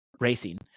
Racing